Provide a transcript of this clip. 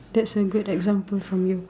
that's a good example from you